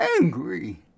angry